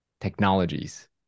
technologies